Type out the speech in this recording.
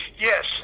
Yes